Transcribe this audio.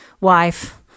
wife